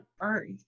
earth